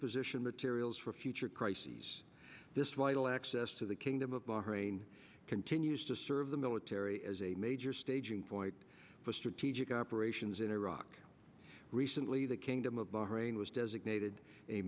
preposition materials for future crises this vital access to the kingdom of bahrain continues to serve the military as a major staging point for strategic operations in iraq recently the kingdom of bahrain was designated a